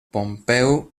pompeu